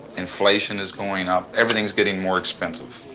inflation is going up, everything is getting more expensive.